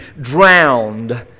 drowned